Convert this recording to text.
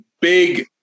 big